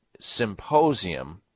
symposium